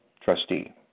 trustee